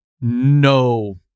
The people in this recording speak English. no